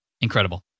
Incredible